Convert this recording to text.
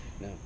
No